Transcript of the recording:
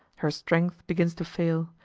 her strength begins to fail,